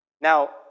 Now